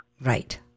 Right